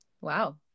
Wow